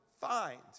find